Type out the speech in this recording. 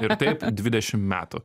ir taip dvidešim metų